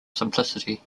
simplicity